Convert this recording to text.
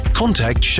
contact